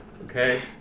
Okay